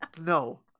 no